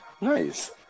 Nice